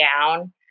down